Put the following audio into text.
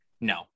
No